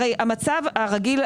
המצב הרגיל,